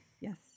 yes